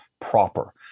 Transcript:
proper